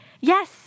Yes